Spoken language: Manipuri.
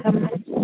ꯊꯝꯃꯒꯦ